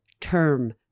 term